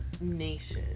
nation